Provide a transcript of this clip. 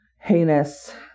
heinous